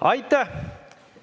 Aitäh!